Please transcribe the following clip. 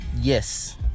Yes